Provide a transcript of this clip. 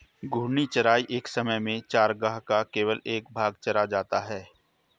घूर्णी चराई एक समय में चरागाह का केवल एक भाग चरा जाता है